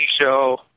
show